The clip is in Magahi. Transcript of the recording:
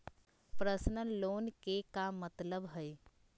पर्सनल लोन के का मतलब हई?